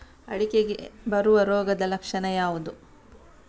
ಅಡಿಕೆಗೆ ಬರುವ ರೋಗದ ಲಕ್ಷಣ ಯಾವುದು?